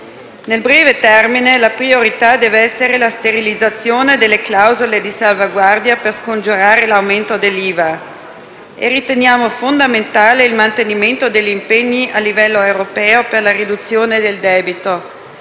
Nel breve termine, la priorità deve essere la sterilizzazione delle clausole di salvaguardia per scongiurare l'aumento dell'IVA. Riteniamo fondamentale il mantenimento degli impegni a livello europeo per la riduzione del debito.